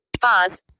pause